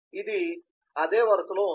ఇది అదే వరసలో ఉంది